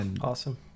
awesome